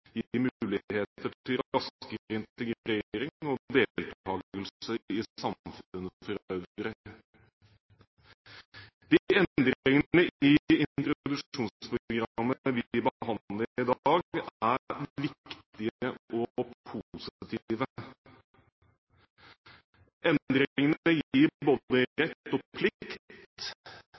integrering og deltakelse i samfunnet for øvrig. De endringene i introduksjonsprogrammet vi behandler i dag, er viktige og positive. Endringene gir både rett og plikt